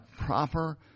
proper